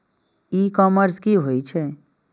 E commerce की होए छै?